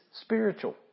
spiritual